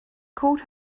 called